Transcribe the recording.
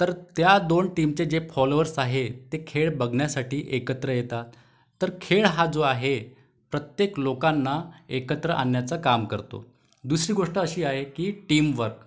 तर त्या दोन टीमचे जे फॉलोअर्स आहेत ते खेळ बघण्यासाठी एकत्र येतात तर खेळ हा जो आहे प्रत्येक लोकांना एकत्र आणण्याचं काम करतो दुसरी गोष्ट अशी आहे की टीमवर्क